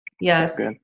Yes